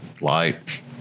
light